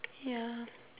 yeah